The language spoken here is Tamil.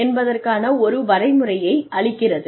என்பதற்கான ஒரு வரைமுறையை அளிக்கிறது